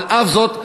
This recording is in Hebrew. על אף זאת,